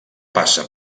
passa